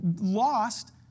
lost